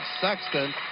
Sexton